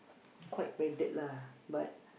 quite branded lah but